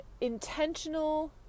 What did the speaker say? intentional